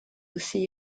aussi